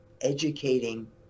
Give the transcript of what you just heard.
educating